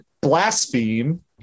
blaspheme